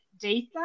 data